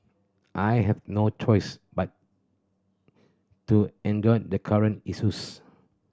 I have no choice but to endure the current issues